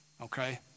okay